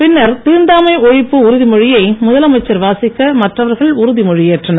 பின்னர் தீண்டாமை ஒழிப்பு உறுதி மொழியை முதலமைச்சர் வாசிக்க மற்றவர்கள் உறுதிமொழி ஏற்றனர்